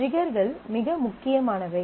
ட்ரிகர்கள் மிக முக்கியமானவை